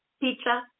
Pizza